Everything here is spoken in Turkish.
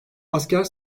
asker